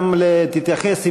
תתייחס,